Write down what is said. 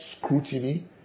scrutiny